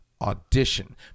audition